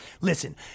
Listen